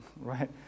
right